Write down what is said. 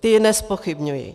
Ty nezpochybňuji.